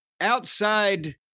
outside